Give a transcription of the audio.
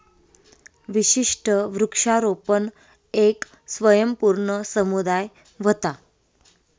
विशिष्ट वृक्षारोपण येक स्वयंपूर्ण समुदाय व्हता